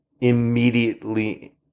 immediately